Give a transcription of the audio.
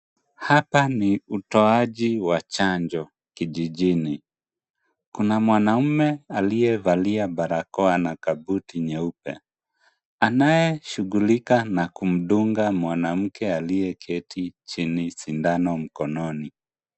Hapa ni utoaji wa chanjo kijijini kuna mwanamume aliyevalia barakoa na kabuti nyeupe, anaye shughulika na kumdunga mwanamke aliyeketi chini sindano mkononi.